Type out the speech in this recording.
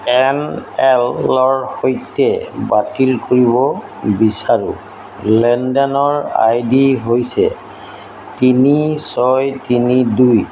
N এলৰ সৈতে বাতিল কৰিব বিচাৰো লেনদেনৰ আই ডি হৈছে তিনি ছয় তিনি দুই